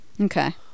okay